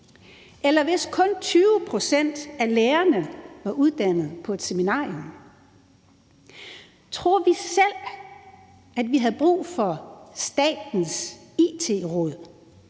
Eller hvis kun 20 pct. af lærerne var uddannet på et seminarium. Tror vi selv, at vi havde brug for statens It-råd